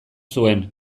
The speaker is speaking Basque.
zuen